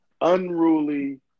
unruly